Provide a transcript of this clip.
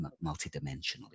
multi-dimensionally